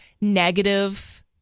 negative